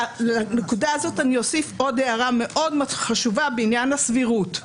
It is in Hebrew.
ועל הנקודה הזאת אני אוסיף עוד הערה מאוד חשובה בעניין הסבירות,